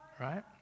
right